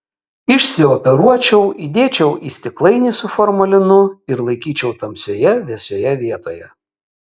išsioperuočiau įdėčiau į stiklainį su formalinu ir laikyčiau tamsioje vėsioje vietoje